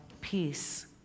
Peace